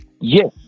Yes